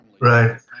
Right